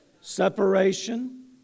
Separation